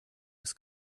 des